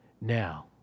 Now